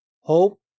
hope